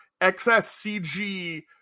XSCG